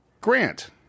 Grant